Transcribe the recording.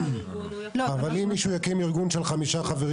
אבל אם מישהו יקים ארגון של חמישה חברים